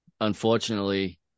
unfortunately